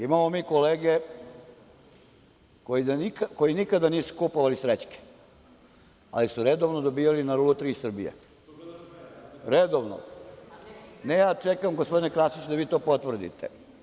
Imamo mi kolege koji nikada nisu kupovali srećke, ali su redovno dobijali na Lutriji Srbije, redovno. (Zoran Krasić: Što gledaš u mene?) Očekujem gospodine Krasiću da vi to potvrdite.